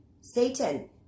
Satan